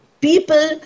people